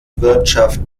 wirtschaft